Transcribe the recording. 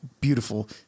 beautiful